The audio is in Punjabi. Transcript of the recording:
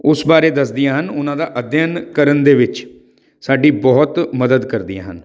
ਉਸ ਬਾਰੇ ਦੱਸਦੀਆਂ ਹਨ ਉਹਨਾਂ ਦਾ ਅਧਿਐਨ ਕਰਨ ਦੇ ਵਿੱਚ ਸਾਡੀ ਬਹੁਤ ਮਦਦ ਕਰਦੀਆਂ ਹਨ